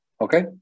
Okay